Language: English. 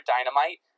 Dynamite